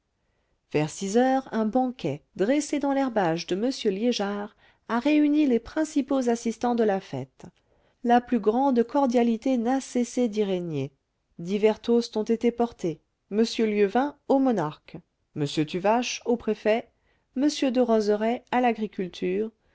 vers six heures un banquet dressé dans l'herbage de m liégeard a réuni les principaux assistants de la fête la plus grande cordialité n'a cessé d'y régner divers toasts ont été portés m lieuvain au monarque m tuvache au préfet m derozerays à l'agriculture